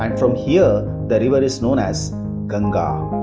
um from here the river is known as ganga.